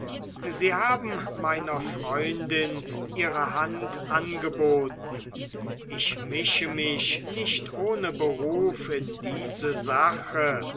sie haben meiner freundin ihre hand angeboten ich mische mich nicht ohne beruf in diese sache